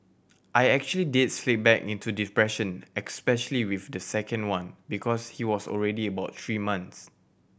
I actually did slip back into depression especially with the second one because he was already about three months